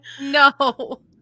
No